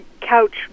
couch